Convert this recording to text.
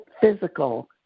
physical